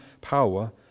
power